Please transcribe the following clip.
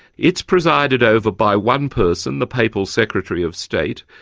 it's presided over by one person, the papal secretary of state,